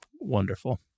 wonderful